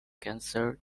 cancer